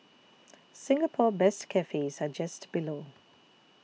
Singapore best cafes are just below